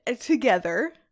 together